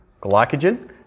glycogen